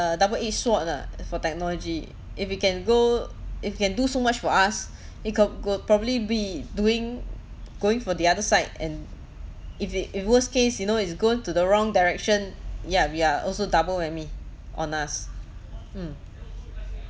double-edged sword lah for technology if it can go if it can do so much for us it co~ could probably be doing going for the other side and if it if worst case you know it's going to the wrong direction ya we are also double whammy on us mm